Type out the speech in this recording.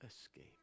escape